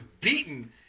beaten